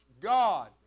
God